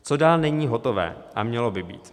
Co dál není hotové a mělo by být?